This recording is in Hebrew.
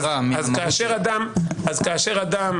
כאשר אדם